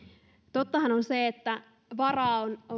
tottahan on se että varaa on